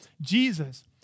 Jesus